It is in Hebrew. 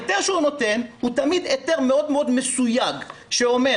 ההיתר שהוא נותן הוא תמיד היתר מאוד-מאוד מסויג שאומר: